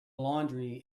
laundry